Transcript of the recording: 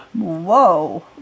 Whoa